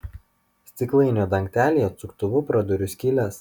stiklainio dangtelyje atsuktuvu praduriu skyles